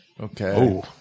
Okay